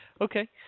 Okay